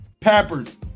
peppers